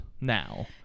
now